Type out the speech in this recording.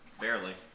Barely